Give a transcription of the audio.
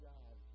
God